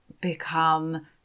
become